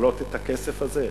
לכלות את הכסף הזה?